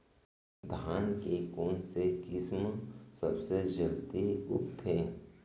धान के कोन से किसम सबसे जलदी उगथे?